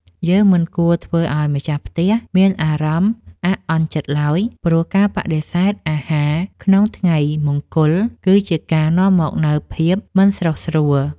យើងមិនគួរធ្វើឱ្យម្ចាស់ផ្ទះមានអារម្មណ៍អាក់អន់ចិត្តឡើយ ព្រោះការបដិសេធអាហារក្នុងថ្ងៃមង្គល គឺជាការនាំមកនូវភាពមិនស្រុះស្រួល។